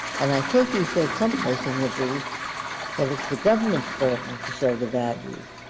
and i think you said someplace in your brief that it's the government's burden to show the value